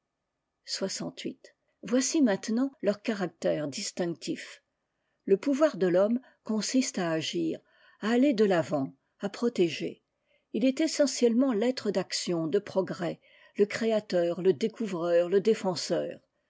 voici maintenant leurs caractères distinctifs le pouvoir de l'homme consiste à agir à aller de l'avant à protéger il est essentiellement l'être d'action de progrès le créateur le découvreur le défenseur